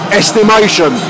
estimation